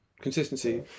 Consistency